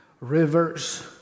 Rivers